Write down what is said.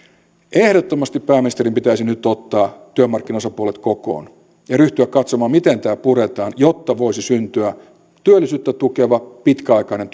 ehdottomasti pääministerin pitäisi nyt ottaa työmarkkinaosapuolet kokoon ja ryhtyä katsomaan miten tämä puretaan jotta voisi syntyä työllisyyttä tukeva pitkäaikainen